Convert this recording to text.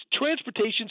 transportation